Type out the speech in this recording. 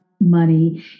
money